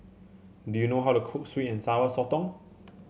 do you know how to cook sweet and Sour Sotong